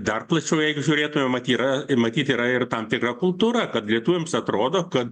dar plačiau jeigu žiūrėtumėm mat yra matyt yra ir tam tikra kultūra kad lietuviams atrodo kad